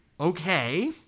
Okay